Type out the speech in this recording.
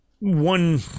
one